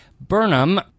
Burnham